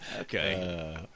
Okay